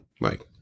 Right